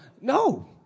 No